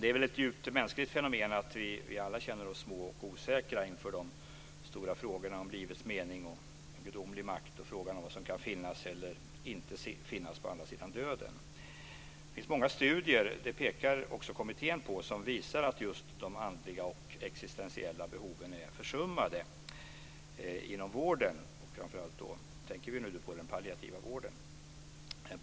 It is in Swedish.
Det är väl ett djupt mänskligt fenomen att vi alla känner oss små och osäkra inför de stora frågorna om livets mening och gudomlig makt och frågor om vad som kan finnas eller inte finnas på andra sidan döden. Det finns, som också kommittén pekar på, många studier som visar att de andliga och existentiella behoven är försummade inom vården. Framför allt tänker vi då mycket på den palliativa vården.